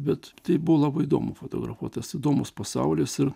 bet tai buvo labai įdomu fotografuot tas įdomus pasaulis ir